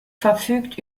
verfügt